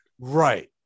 Right